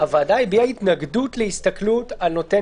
הוועדה הביעה התנגדות להסתכלות על נותן